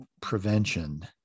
prevention